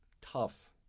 tough